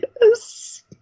Yes